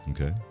Okay